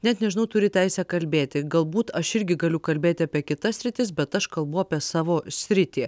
net nežinau turi teisę kalbėti galbūt aš irgi galiu kalbėti apie kitas sritis bet aš kalbu apie savo sritį